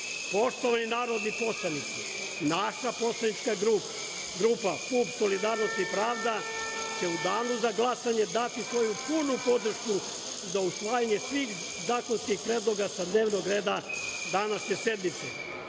prihodi. Poštovani narodni poslanici, naša poslanička grupa PUPS-Solidarnost i pravda će u danu za glasanje dati svoju punu podršku za usvajanje svih zakonskih predloga sa dnevnog reda današnje